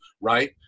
right